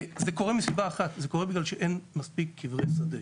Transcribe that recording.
זה קורה מסיבה אחת, בגלל שאין מספיק קברי שדה.